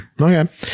okay